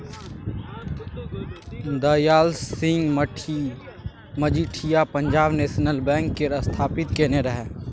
Dayal Singh Majithia Punjab national bank केर स्थापित केने रहय